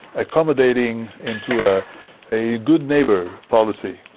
accommodating into ah a good neighbour policy,